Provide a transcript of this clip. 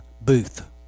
Booth